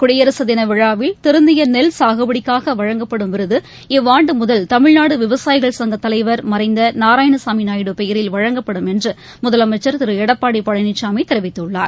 குடியரசுத் திள விழாவில் திருந்திய நெல் சாகுபடிக்காக வழங்கப்படும் விருது இவ்வாண்டு முதல் தமிழ்நாடு விவசாயிகள் சங்க தலைவர் மறைந்த நாராயணசாமி நாயுடு பெயரில் வழங்கப்படும் என்று திரு எடப்பாடி பழனிசாமி தெரிவித்துள்ளார்